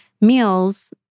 meals